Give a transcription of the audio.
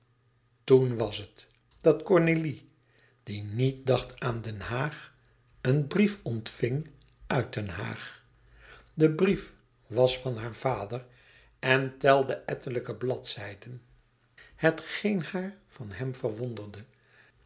toen was het dat cornélie die niet dacht aan den haag een brief ontving uit den haag de brief was van haar vader en telde ettelijke bladzijden hetgeen haar van hem verwonderde